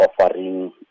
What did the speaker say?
offering